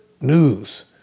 news